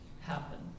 happen